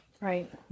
Right